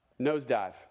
nosedive